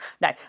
No